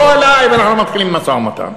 בוא אלי ואנחנו מתחילים משא-ומתן.